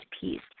Peace